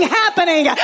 happening